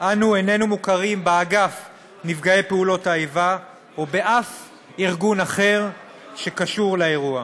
אנו איננו מוכרים באגף נפגעי פעולות האיבה ובאף ארגון אחר שקשור לאירוע.